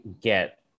get